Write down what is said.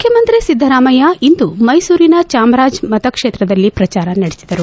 ಮುಖ್ಯಮಂತ್ರಿ ಸಿದ್ದರಾಮಯ್ಯ ಇಂದು ಮೈಸೂರಿನ ಚಾಮರಾಜ ಮತ ಕ್ಷೇತ್ರದಲ್ಲಿ ಪ್ರಚಾರ ನಡೆಸಿದರು